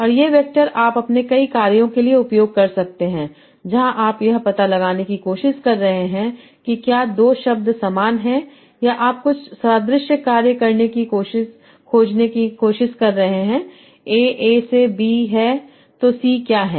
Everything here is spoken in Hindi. और ये वैक्टर आप अपने कई कार्यों के लिए उपयोग कर सकते हैं जहां आप यह पता लगाने की कोशिश कर रहे हैं कि क्या 2 शब्द समान हैं या आप कुछ सादृश्य कार्य को खोजने की कोशिश कर रहे हैं a a से b है तो c क्या है